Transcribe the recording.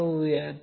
2 36